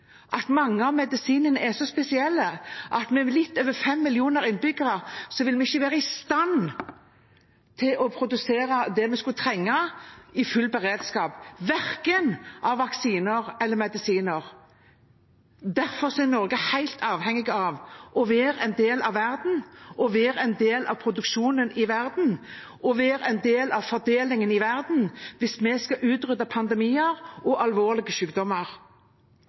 at mange av medisinene er så spesielle at vi, med litt over 5 millioner innbyggere, ikke vil være i stand til å produsere det vi skulle trenge i full beredskap, av verken vaksiner eller medisiner. Derfor er Norge helt avhengig av å være en del av verden – å være en del av produksjonen i verden og å være en del av fordelingen i verden – hvis vi skal utrydde pandemier og alvorlige